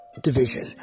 division